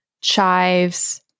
chives